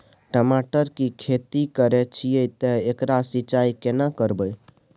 टमाटर की खेती करे छिये ते एकरा सिंचाई केना करबै?